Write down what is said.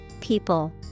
people